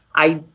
i.